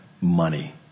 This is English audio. money